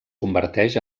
converteix